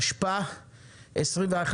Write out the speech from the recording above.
התשפ"א-2021,